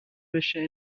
بشه